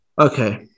Okay